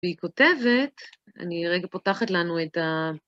והיא כותבת, אני רגע פותחת לנו את ה...